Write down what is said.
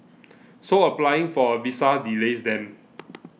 so applying for a visa delays them